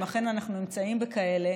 אם אכן אנחנו נמצאים בכאלה,